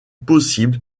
possible